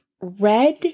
red